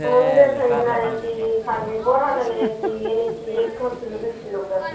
हुण्डे खरीदनाइ हइ की खाली बोरा लेनाइ हइ की यानि एकहक किलो दू किलोके